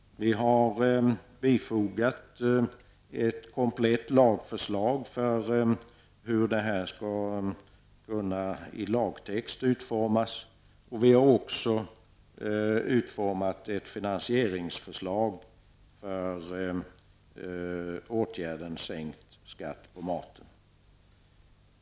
Vi har bifogat ett komplett förslag till hur en lagtext skulle kunna utformas, och vi har också utformat ett finansieringsförslag för åtgärden sänkt skatt på maten.